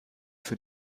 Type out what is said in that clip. für